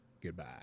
Goodbye